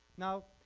now